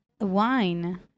wine